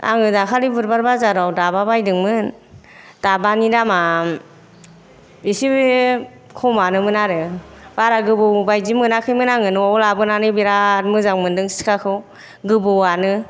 आङो दाखालि बुधबार बाजाराव दाबा बायदोंमोन दाबानि दामा एसे खमानोमोन आरो बारा गोबौ बायदि मोनाखैमोन आङो न'आव लाबोनानै बिराद मोजां मोनदों सिखाखौ गोबौआनो